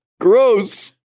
Gross